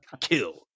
kill